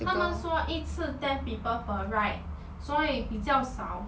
他们说一次 ten people per ride 所以比较少